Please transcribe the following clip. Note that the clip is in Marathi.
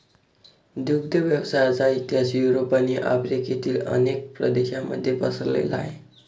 दुग्ध व्यवसायाचा इतिहास युरोप आणि आफ्रिकेतील अनेक प्रदेशांमध्ये पसरलेला आहे